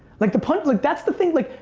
like the punch, like that's the thing like,